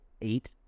eight